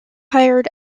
hired